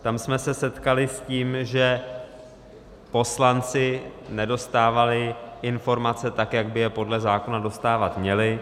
Tam jsme se setkali s tím, že poslanci nedostávali informace tak, jak by je podle zákona dostávat měli.